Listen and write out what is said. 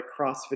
CrossFit